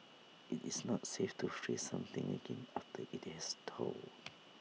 IT is not safe to freeze something again after IT has thawed